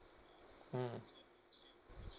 mm